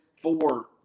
four